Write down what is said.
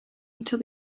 until